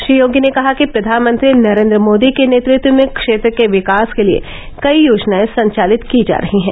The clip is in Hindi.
श्री योगी ने कहा कि प्रधानमंत्री नरेन्द्र मोदी के नेतृत्व में क्षेत्र के विकास के लिये कई योजनाएं संचालित की जा रहीं हैं